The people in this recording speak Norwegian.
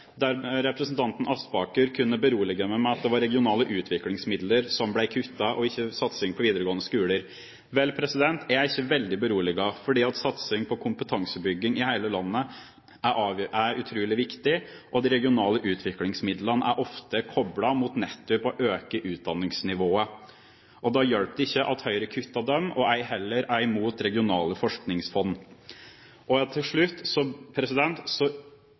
Representanten Aspaker kunne berolige meg med at det var regionale utviklingsmidler som ble kuttet og ikke satsingen på videregående skoler. Vel, jeg er ikke veldig beroliget, for satsing på kompetansebygging i hele landet er utrolig viktig, og de regionale utviklingsmidlene er ofte koblet mot nettopp å øke utdanningsnivået. Da hjelper det ikke at Høyre kutter dem, ei heller at de er imot regionale forskningsfond. Til slutt: Det forundrer meg at et parti som snakker så